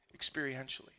experientially